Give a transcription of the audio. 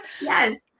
Yes